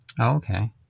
okay